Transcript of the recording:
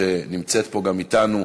שגם נמצאת פה אתנו,